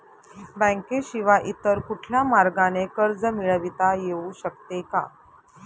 बँकेशिवाय इतर कुठल्या मार्गाने कर्ज मिळविता येऊ शकते का?